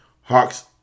Hawks